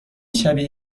شبیه